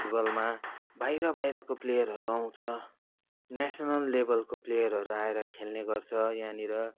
फुटबलमा बाहिर बाहिरको प्लेयरहरू आउँछ नेसनल लेभलको प्लेयरहरू आएर खेल्नेगर्छ यहाँनिर